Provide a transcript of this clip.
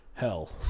hell